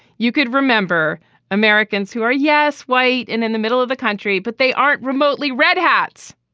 you could remember americans who are. yes, white and in the middle of the country, but they aren't remotely red hats.